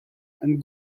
and